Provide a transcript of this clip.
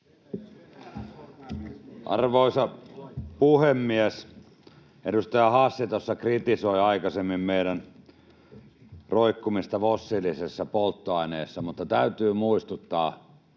Arvoisa puhemies! Edustaja Hassi tuossa kritisoi aikaisemmin meidän roikkumista fossiilisissa polttoaineissa, mutta täytyy muistuttaa